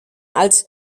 als